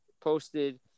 posted